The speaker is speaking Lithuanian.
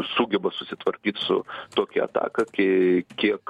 sugeba susitvarkyt su tokia ataka kie kiek